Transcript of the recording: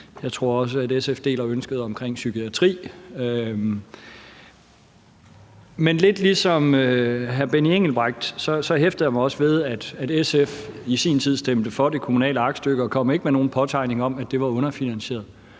jeg tror også, at SF deler ønsket omkring psykiatrien. Men lidt ligesom hr. Benny Engelbrecht hæfter jeg mig også ved, at SF i sin tid stemte for det kommunale aktstykke og ikke kom med nogen påtegning om, at det var underfinansieret.